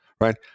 right